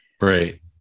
Right